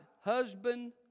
husband